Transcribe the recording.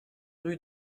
rue